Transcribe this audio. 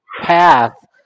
path